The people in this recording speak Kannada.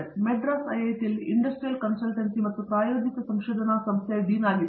ಅವರು ಮದ್ರಾಸ್ ಐಐಟಿಯಲ್ಲಿ ಇಂಡಸ್ಟ್ರಿಯಲ್ ಕನ್ಸಲ್ಟೆನ್ಸಿ ಮತ್ತು ಪ್ರಾಯೋಜಿತ ಸಂಶೋಧನಾ ಸಂಸ್ಥೆಯ ಡೀನ್ ಆಗಿದ್ದಾರೆ